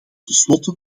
tenslotte